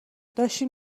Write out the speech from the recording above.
داشتیم